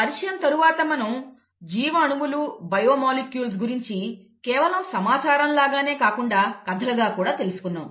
పరిచయం తరువాత మనం జీవ అణువులు బయో మాలిక్యూ ల్స్ గురించి కేవలం సమాచారం లాగానే కాకుండా కథలుగా కూడా తెలుసుకున్నాం